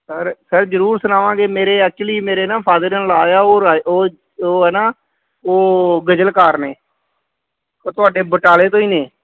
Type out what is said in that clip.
sir sir ਜ਼ਰੂਰ ਸੁਣਾਵਾਂਗੇ ਮੇਰੇ ਐਕਚੁਲੀ ਮੇਰੇ ਨਾ ਫਾਦਰ ਇੰਨ ਲਾਅ ਆ ਉਹ ਰਾ ਉਹ ਉਹ ਆ ਨਾ ਉਹ ਗਜ਼ਲਕਾਰ ਨੇ ਉਹ ਤੁਹਾਡੇ ਬਟਾਲੇ ਤੋਂ ਹੀ ਨੇ